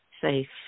safe